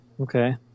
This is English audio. Okay